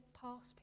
past